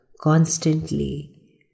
constantly